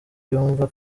yumva